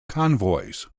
convoys